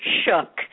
shook